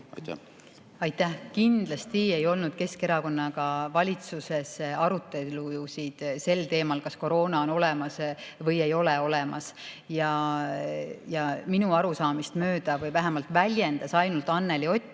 Aitäh! Kindlasti ei olnud Keskerakonnaga valitsuses arutelusid sel teemal, kas koroona on olemas või ei ole olemas. Ja minu arusaamist mööda või vähemalt väljendas ainult Anneli Ott